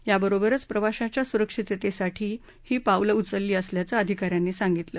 याबरोबरचं प्रवाशांच्या सुरक्षिततेसाठीही पावलं उचलली असल्याचं अधिकाऱ्यांनी सांगितलं